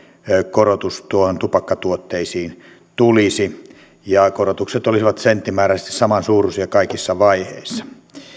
korotus tulisi tupakkatuotteisiin puolen vuoden välein ja korotukset olisivat senttimääräisesti samansuuruisia kaikissa vaiheissa